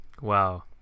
wow